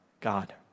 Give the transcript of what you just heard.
God